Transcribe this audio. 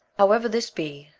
however this be,